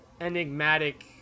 enigmatic